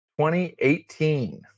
2018